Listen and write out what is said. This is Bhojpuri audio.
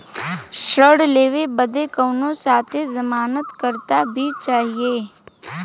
ऋण लेवे बदे कउनो साथे जमानत करता भी चहिए?